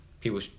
people